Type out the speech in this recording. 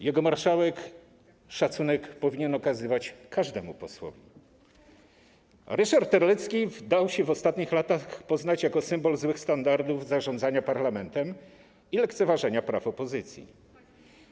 W Sejmie marszałek Sejmu szacunek powinien okazywać każdemu posłowi, a Ryszard Terlecki dał się w ostatnich latach poznać jako symbol złych standardów zarządzania parlamentem i lekceważenia praw opozycji.